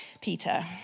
Peter